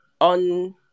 on